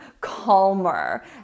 calmer